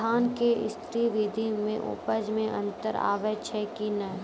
धान के स्री विधि मे उपज मे अन्तर आबै छै कि नैय?